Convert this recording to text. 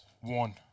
One